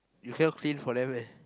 you cannot clean for them meh